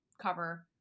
cover